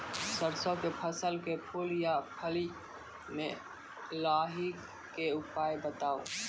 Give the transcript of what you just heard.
सरसों के फसल के फूल आ फली मे लाहीक के उपाय बताऊ?